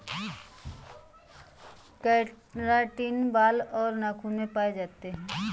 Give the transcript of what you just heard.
keratin बाल और नाखून में पाए जाते हैं